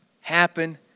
happen